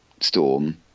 storm